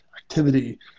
activity